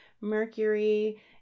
Mercury